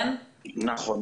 נכון.